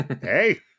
Hey